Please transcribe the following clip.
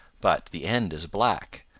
but the end is black,